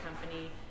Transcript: company